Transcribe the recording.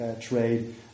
trade